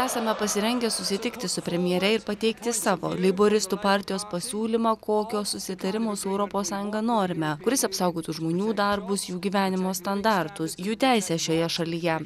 esame pasirengę susitikti su premjere ir pateikti savo leiboristų partijos pasiūlymą kokio susitarimo su europos sąjunga norime kuris apsaugotų žmonių darbus jų gyvenimo standartus jų teisę šioje šalyje